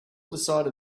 decided